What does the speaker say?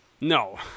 no